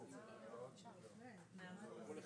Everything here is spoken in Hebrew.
לגביך,